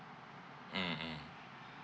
mm mm